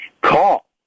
Call